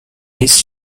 age